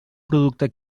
producte